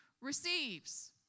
receives